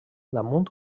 damunt